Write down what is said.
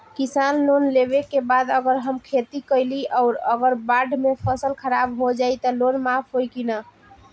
किसान लोन लेबे के बाद अगर हम खेती कैलि अउर अगर बाढ़ मे फसल खराब हो जाई त लोन माफ होई कि न?